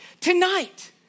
tonight